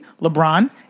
LeBron